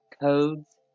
Codes